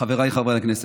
חבריי חברי הכנסת,